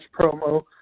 promo